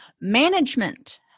Management